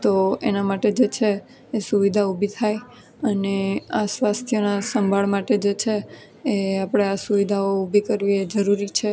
તો એના માટે જે છે એ સુવિધા ઊભી થાય અને આસપાસ ત્યાંનાં સંભાળ માટે જે છે એ આપણે આ સુવિધાઓ ઊભી કરવી એ જરૂરી છે